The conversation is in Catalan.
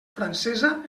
francesa